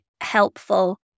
helpful